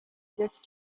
disc